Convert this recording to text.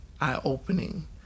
eye-opening